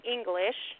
English